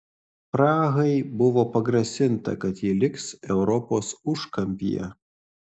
prahai buvo pagrasinta kad ji liks europos užkampyje